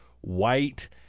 White